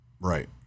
Right